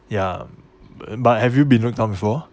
ya but have you been looked down before